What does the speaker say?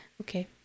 Okay